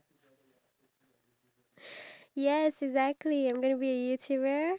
thought of the songs for the vlog itself